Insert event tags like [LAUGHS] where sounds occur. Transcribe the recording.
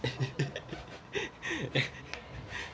[LAUGHS]